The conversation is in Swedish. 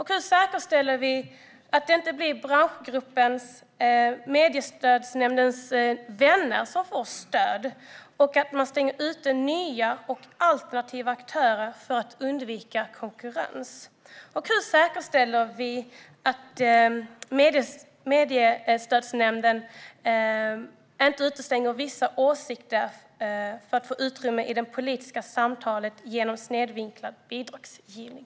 Hur säkerställer vi att det inte blir branschgruppen, mediestödsnämndens vänner, som får stöd och att man stänger ute nya och alternativa aktörer för att undvika konkurrens? Och hur säkerställer vi att mediestödsnämnden inte utestänger vissa åsikter att få utrymme i det politiska samtalet genom snedvinklad bidragsgivning?